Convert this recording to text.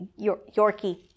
Yorkie